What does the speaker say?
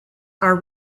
are